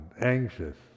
anxious